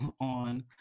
on